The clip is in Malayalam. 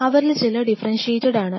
അവരിൽ ചിലർ ഡിഫറെൻഷിയേറ്റഡ് ആണ്